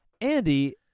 Andy